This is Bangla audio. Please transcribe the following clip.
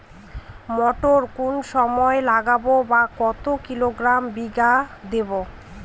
মটর কোন সময় লাগাবো বা কতো কিলোগ্রাম বিঘা দেবো?